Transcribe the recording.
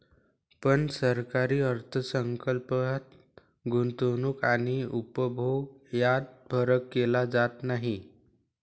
पण सरकारी अर्थ संकल्पात गुंतवणूक आणि उपभोग यात फरक केला जात नाही